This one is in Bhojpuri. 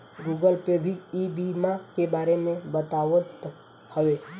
गूगल पे भी ई बीमा के बारे में बतावत हवे